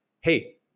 hey